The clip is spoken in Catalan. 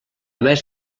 més